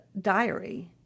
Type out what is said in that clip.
diary